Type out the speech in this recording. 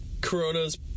Corona's